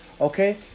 Okay